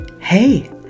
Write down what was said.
Hey